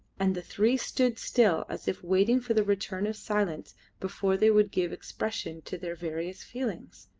and the three stood still as if waiting for the return of silence before they would give expression to their various feelings.